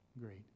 great